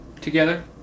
Together